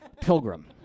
pilgrim